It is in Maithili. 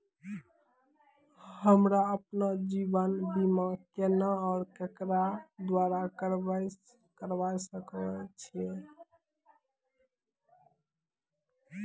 हमरा आपन जीवन बीमा केना और केकरो द्वारा करबै सकै छिये?